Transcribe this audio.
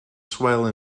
swale